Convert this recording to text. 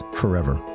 forever